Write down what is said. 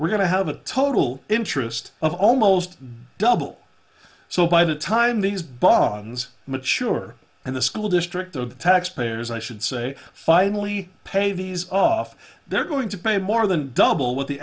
we're going to have a total interest of almost double so by the time these bonds mature and the school district of the taxpayers i should say finally pay these off they're going to pay more than double what the